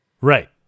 right